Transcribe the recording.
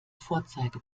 vorzeige